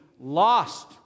lost